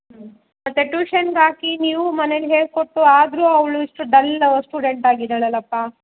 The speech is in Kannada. ಹ್ಞೂ ಮತ್ತೆ ಟ್ಯೂಷನ್ಗಾಕಿ ನೀವೂ ಮನೇಲಿ ಹೇಳಿಕೊಟ್ಟು ಆದರೂ ಅವಳು ಇಷ್ಟು ಡಲ್ ಸ್ಟೂಡೆಂಟ್ ಆಗಿದ್ದಾಳಲ್ಲಪ್ಪ